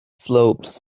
slopes